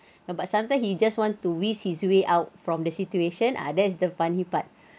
ya but sometimes he just want to risk his way out from the situation ah that's the funny part